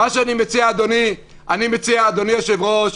מה שאני מציע, אדוני היושב-ראש,